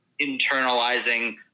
internalizing